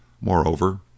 Moreover